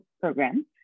program